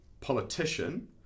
politician